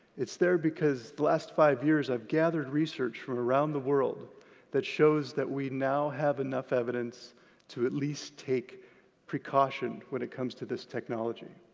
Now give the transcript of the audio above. it's there because the last five years, i've gathered research from around the world that shows that we now have enough evidence to at least take precaution when it comes to this technology.